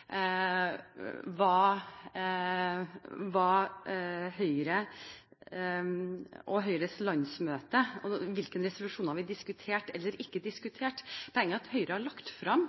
diskutert, eller ikke diskutert, i Høyre og på Høyres landsmøte. Poenget er at Høyre har lagt frem